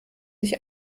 sich